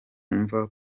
mva